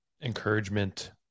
encouragement